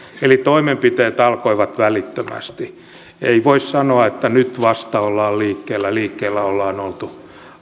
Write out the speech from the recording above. eli toimenpiteet alkoivat välittömästi ei voi sanoa että vasta nyt ollaan liikkeellä liikkeellä ollaan oltu